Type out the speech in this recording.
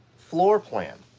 floor plan.